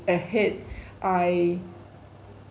ahead I